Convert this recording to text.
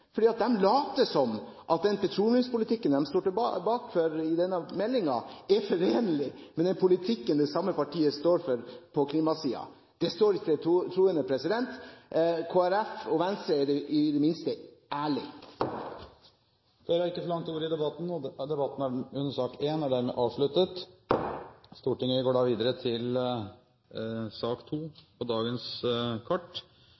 som at den petroleumspolitikken de står bak i denne meldingen, er forenlig med den politikken det samme partiet står for på klimasiden. Det står ikke til troende. Kristelig Folkeparti og Venstre er i det minste ærlige. Flere har ikke bedt om ordet til sak nr. 1. Vår avhengighet av energitilgang er stor. Tilgang på energi er blant de mest kritiske elementene i samfunnet vårt, og spørsmål knyttet til